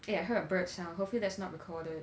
eh I heard a bird sound hopefully that's not recorded